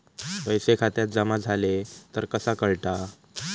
पैसे खात्यात जमा झाले तर कसा कळता?